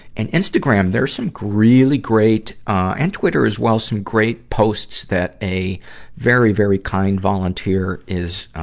and instagram, there's some really great and twitter as well some great posts that a very, very kind volunteer is, ah,